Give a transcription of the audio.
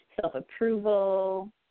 self-approval